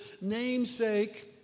name'sake